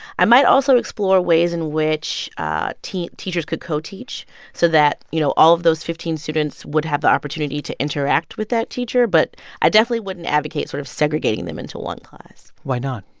i might also explore ways in which ah teachers could co-teach so that, you know, all of those fifteen students would have the opportunity to interact with that teacher. but i definitely wouldn't advocate sort of segregating them into one class why not?